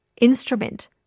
instrument